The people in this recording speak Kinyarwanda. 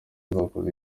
barakoze